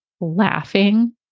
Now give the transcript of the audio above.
laughing